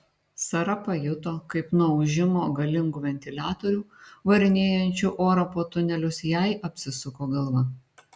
sara pajuto kaip nuo ūžimo galingų ventiliatorių varinėjančių orą po tunelius jai apsisuko galva